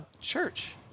church